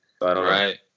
Right